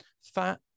fat